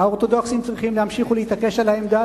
האורתודוקסים צריכים להמשיך ולהתעקש על העמדה,